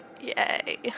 yay